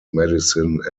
medicine